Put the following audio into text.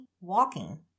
walking